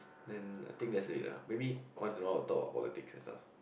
then I think that is lah maybe once around talk about politics ah